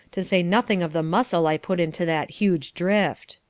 to say nothing of the muscle i put into that huge drift.